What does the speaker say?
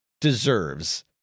deserves